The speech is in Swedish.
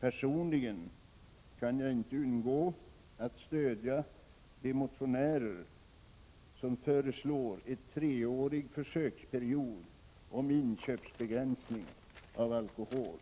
Personligen kan jag inte undgå att stödja de motionärer som föreslår en treårig försöksperiod med begränsningar av inköp av alkohol.